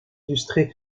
illustré